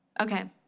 Okay